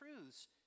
truths